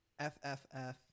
fff